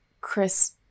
Chris